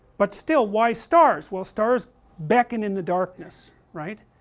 but still, why stars? well stars beckon in the darkness, right?